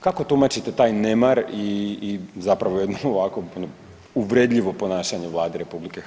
Kako tumačite taj nemar i zapravo jedno ovako uvredljivo ponašanje Vlade RH?